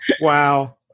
Wow